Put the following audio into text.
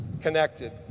connected